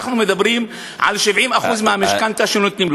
אנחנו מדברים על 70% מהמשכנתה שנותנים לו.